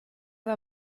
war